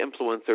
influencers